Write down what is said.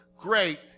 great